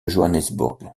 johannesburg